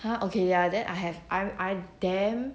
ha okay ya then I have I'm I'm damn